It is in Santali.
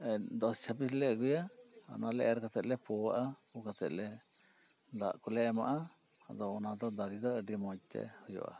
ᱫᱚᱥ ᱪᱷᱟᱵᱤᱥ ᱞᱮ ᱟᱜᱩᱭᱟ ᱚᱱᱟ ᱞᱮ ᱮᱨ ᱠᱟᱛᱮ ᱞᱮ ᱯᱩᱣᱟᱜᱼᱟ ᱯᱩ ᱠᱟᱛᱮ ᱞᱮ ᱫᱟᱜ ᱠᱚᱞᱮ ᱫᱟᱜ ᱠᱚᱞᱮ ᱮᱢᱟᱜᱼᱟ ᱟᱫᱚ ᱚᱱᱟᱫᱚ ᱫᱟᱨᱮ ᱫᱚ ᱟᱹᱰᱤ ᱢᱚᱡᱽ ᱛᱮ ᱦᱩᱭᱩᱜᱼᱟ